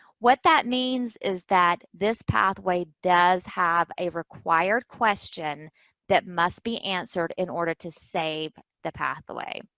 what that means is that this pathway does have a required question that must be answered in order to save the pathway.